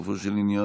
בסופו של עניין,